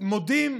מודים,